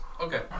Okay